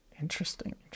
Interesting